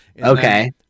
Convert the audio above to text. okay